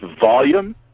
volume